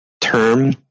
term